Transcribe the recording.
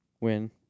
win